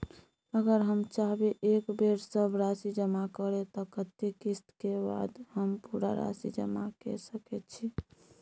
अगर हम चाहबे एक बेर सब राशि जमा करे त कत्ते किस्त के बाद हम पूरा राशि जमा के सके छि?